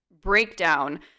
breakdown